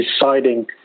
deciding